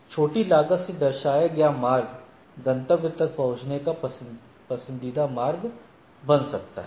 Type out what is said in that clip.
छोटी लागत से दर्शाया गया मार्ग गंतव्य तक पहुंचने का पसंदीदा मार्ग बन जाता है